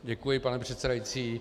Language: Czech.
Děkuji, pane předsedající.